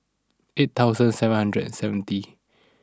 eight thousand seven hundred and seventy